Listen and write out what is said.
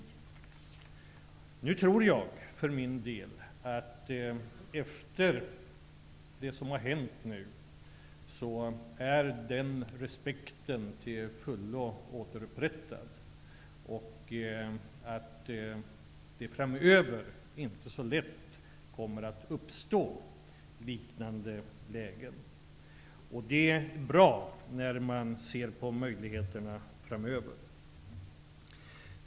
Nu tror jag för min del att den respekten efter det som nu har hänt är till fullo återupprättad och att det framöver inte så lätt kommer att uppstå liknande lägen. Det är bra när man ser på möjligheterna framöver.